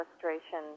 frustration